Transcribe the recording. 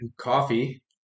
coffee